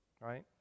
right